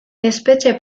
espetxe